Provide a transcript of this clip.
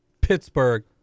Pittsburgh